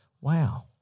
Wow